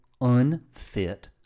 unfit